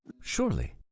Surely